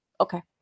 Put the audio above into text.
okay